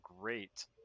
great